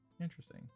Interesting